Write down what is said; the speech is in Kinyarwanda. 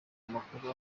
amakuru